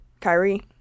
Kyrie